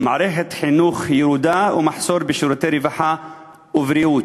מערכת חינוך ירודה ומחסור בשירותי רווחה ובריאות,